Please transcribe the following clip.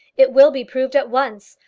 it will be proved at once.